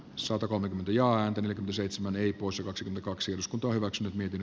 sota kolme joan yli seitsemän eri vuosiluokse ja kaksi uskontoa hyväkseen miten